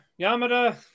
Yamada